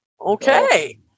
Okay